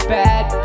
bad